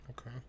Okay